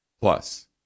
Plus